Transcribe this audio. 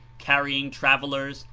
carrying travelers,